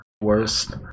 worst